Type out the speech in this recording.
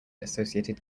associated